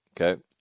okay